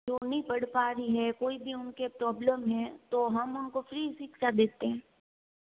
जो नहीं पढ़ पा रही है कोई भी उनके प्रॉब्लम है तो हम उनको फ्री शिक्षा देते हैं